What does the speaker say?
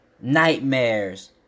nightmares